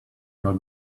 your